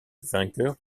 vainqueur